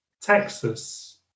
Texas